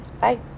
bye